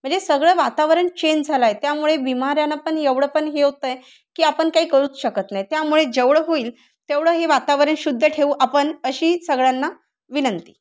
म्हणजे सगळं वातावरण चेंज झालं आहे त्यामुळे बिमाऱ्यांना पण एवढं पण हे होत आहे की आपण काही करूच शकत नाही त्यामुळे जेवढं होईल तेवढं हे वातावरण शुद्ध ठेवू आपण अशी सगळ्यांना विनंती